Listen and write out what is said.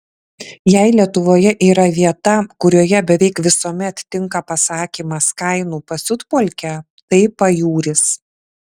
jei lietuvoje yra vieta kurioje beveik visuomet tinka pasakymas kainų pasiutpolkė tai pajūris